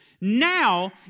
now